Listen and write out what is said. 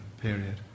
period